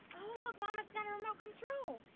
oh, look, mom, it's got a remote control.